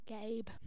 Gabe